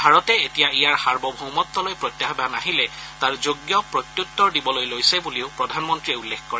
ভাৰতে এতিয়া ইয়াৰ সাৰ্বভৌমতলৈ প্ৰত্যাহান আহিলে তাৰ যোগ্য প্ৰত্যাত্তৰ দিবলৈ লৈছে বুলিও প্ৰধানমন্ত্ৰীয়ে উল্লেখ কৰে